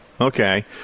okay